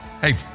Hey